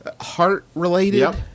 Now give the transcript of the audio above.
heart-related